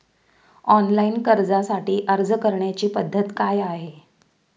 Online कर्जासाठी अर्ज करण्याची पद्धत काय आहे?